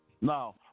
Now